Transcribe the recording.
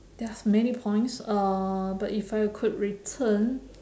there are many points uh but if I could return